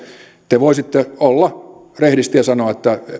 te voisitte olla rehdisti ja sanoa että